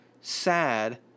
sad